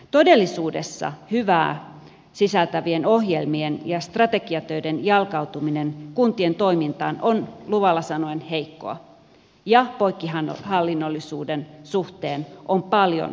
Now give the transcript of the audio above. todellisuudessa hyvää sisältävien ohjelmien ja strategiatöiden jalkautuminen kuntien toimintaan on luvalla sanoen heikkoa ja poikkihallinnollisuuden suhteen on paljon parannettavaa